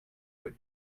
what